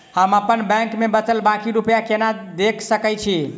हम अप्पन बैंक मे बचल बाकी रुपया केना देख सकय छी?